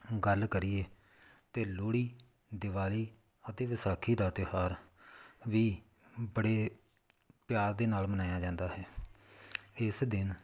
ਗੱਲ ਕਰੀਏ ਤਾਂ ਲੋਹੜੀ ਦੀਵਾਲੀ ਅਤੇ ਵਿਸਾਖੀ ਦਾ ਤਿਉਹਾਰ ਵੀ ਬੜੇ ਪਿਆਰ ਦੇ ਨਾਲ ਮਨਾਇਆ ਜਾਂਦਾ ਹੈ ਇਸ ਦਿਨ